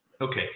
Okay